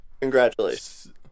congratulations